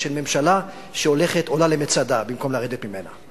של ממשלה שעולה למצדה במקום לרדת ממנה.